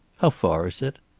how far is it?